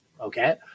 okay